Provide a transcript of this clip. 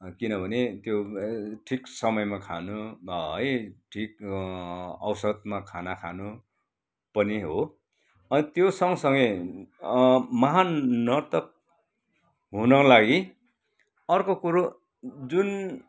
किनभने त्यो ठिक समयमा खानु है ठिक औसतमा खाना खानु पनि हो अनि त्यो सँगसँगै महान् नर्तक हुनका लागि अर्को कुरो जुन